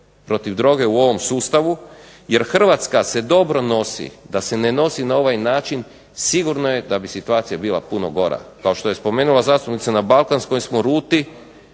protiv droge u ovom sustavu, jer Hrvatska se dobro nosi, da se ne nosi na ovaj način sigurno je da bi situacija bila puno gora. Kao što je spomenula zastupnica na balkanskoj smo ruti